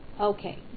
Okay